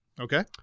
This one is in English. Okay